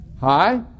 Hi